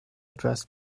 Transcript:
dressed